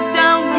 down